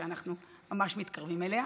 שאנחנו ממש מתקרבים אליה.